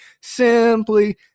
Simply